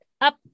up